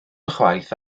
ychwaith